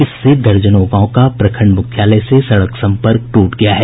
इससे दर्जनों गांव का प्रखंड मुख्यालय से सड़क सम्पर्क ट्रट गया है